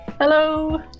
Hello